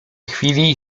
chwili